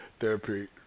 therapy